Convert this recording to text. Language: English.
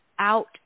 Out